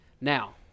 now